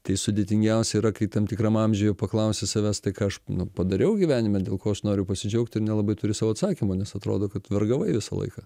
tai sudėtingiausia yra kai tam tikram amžiuje paklausi savęs tai ką aš padariau gyvenime dėl ko aš noriu pasidžiaugt ir nelabai turi sau atsakymo nes atrodo kad vergavai visą laiką